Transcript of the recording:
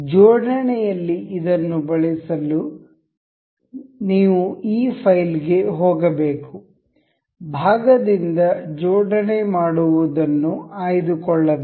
ಜೋಡಣೆಯಲ್ಲಿ ಇದನ್ನು ಬಳಸಲು ನೀವು ಈ ಫೈಲ್ಗೆ ಹೋಗಬೇಕು ಭಾಗದಿಂದ ಜೋಡಣೆ ಮಾಡುವದನ್ನು ಆಯ್ದುಕೊಳ್ಳಬೇಕು